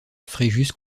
fréjus